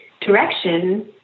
direction